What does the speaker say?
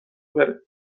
بره